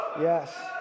Yes